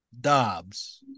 Dobbs